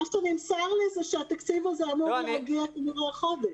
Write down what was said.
נמסר לי שהתקציב הזה אמור להגיע כנראה החודש.